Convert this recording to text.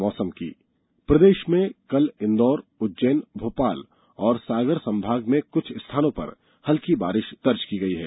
मौसम प्रदेश में कल इंदौर उज्जैन भोपाल और सागर संभागों में कुछ स्थानों पर हल्की बारिश दर्ज की गई है